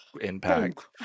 impact